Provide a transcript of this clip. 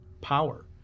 power